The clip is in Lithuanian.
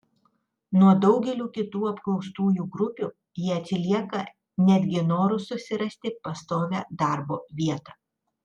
nuo daugelių kitų apklaustųjų grupių jie atsilieka netgi noru susirasti pastovią darbo vietą